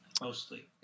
Mostly